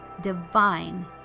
Divine